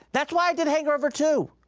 that's why i did hangover two!